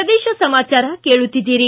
ಪ್ರದೇಶ ಸಮಾಚಾರ ಕೇಳುತ್ತಿದ್ದೀರಿ